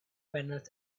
panels